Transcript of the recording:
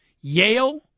Yale